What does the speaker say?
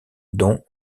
dont